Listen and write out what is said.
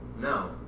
No